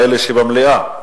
לאלה שבמליאה,